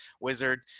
wizard